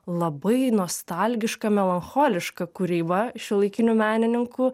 labai nostalgiška melancholiška kūryba šiuolaikinių menininkų